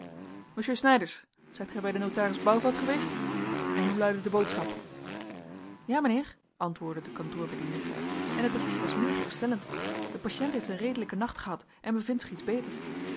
monsieur snijders zijt gij bij den notaris bouvelt geweest en hoe luidde de boodschap ja mijnheer antwoordde de kantoorbediende en het briefje was meer geruststellend de patiënt heeft een redelijken nacht gehad en bevindt zich iets beter